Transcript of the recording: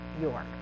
York